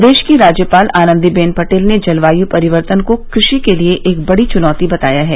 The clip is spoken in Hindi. प्रदेश की राज्यपाल आनन्दीबेन पटेल ने जलवायु परिवर्तन को कृषि के लिये एक बड़ी चुनौती बताया है